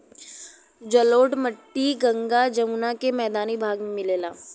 जलोढ़ मट्टी गंगा जमुना के मैदानी भाग में मिलला